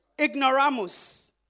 Ignoramus